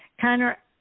Connor